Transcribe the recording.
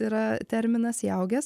yra terminas įaugęs